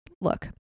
look